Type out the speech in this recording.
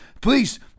Please